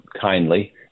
kindly